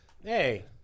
Hey